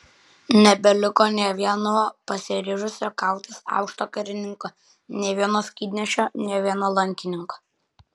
nebeliko nė vieno pasiryžusio kautis aukšto karininko nė vieno skydnešio nė vieno lankininko